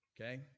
okay